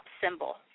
symbol